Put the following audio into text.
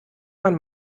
man